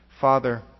Father